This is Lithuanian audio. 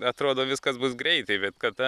atrodo viskas bus greitai bet kada